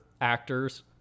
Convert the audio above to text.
actors